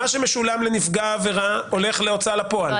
מה שמשולם לנפגע העבירה, הולך להוצאה לפועל.